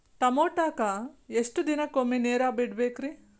ಟಮೋಟಾಕ ಎಷ್ಟು ದಿನಕ್ಕೊಮ್ಮೆ ನೇರ ಬಿಡಬೇಕ್ರೇ?